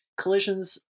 collisions